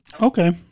Okay